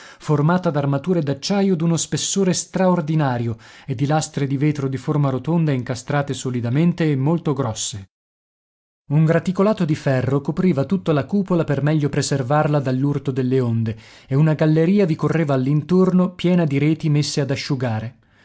metri di circonferenza formata d'armature d'acciaio d'uno spessore straordinario e di lastre di vetro di forma rotonda incastrate solidamente e molto grosse un graticolato di ferro copriva tutta la cupola per meglio preservarla dall'urto delle onde e una galleria vi correva all'intorno piena di reti messe ad asciugare